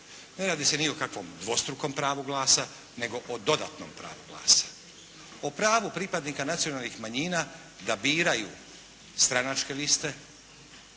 Ne radi se ni o kakvom dvostrukom pravu glasa, nego o dodatnom pravu glasa, o pravu pripadnika nacionalnih manjina da biraju stranačke liste,